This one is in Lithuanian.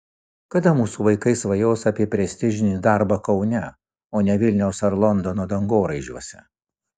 kada mūsų vaikai svajos apie prestižinį darbą kaune o ne vilniaus ar londono dangoraižiuose